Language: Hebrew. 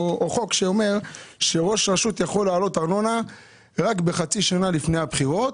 או חוק שאומר שראש רשות יכול להעלות ארנונה רק בחצי שנה שלפני הבחירות,